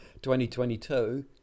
2022